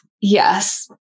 Yes